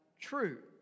true